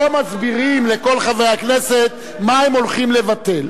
פה מסבירים לכל חברי הכנסת מה הם הולכים לבטל.